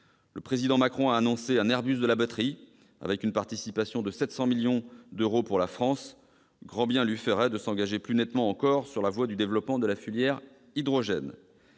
Emmanuel Macron, a annoncé un Airbus de la batterie, avec une participation de 700 millions d'euros pour la France ; grand bien lui ferait de s'engager plus nettement encore sur la voie du développement de la filière hydrogène.